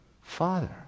Father